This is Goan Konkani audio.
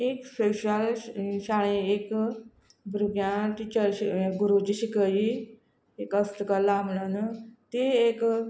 एक स्पेशल शाळे एक भुरग्यांक टिचर गुरुची शिकयी एक हस्तकला म्हणून ती एक